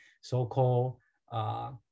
so-called